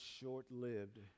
short-lived